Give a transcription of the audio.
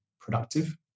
productive